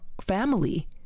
family